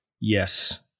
yes